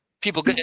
people